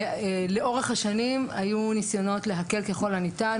לאורך השנים, היו ניסיונות להקל ככל הניתן.